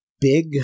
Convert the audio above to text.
Big